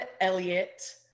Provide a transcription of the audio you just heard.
Elliot